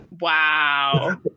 wow